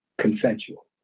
consensual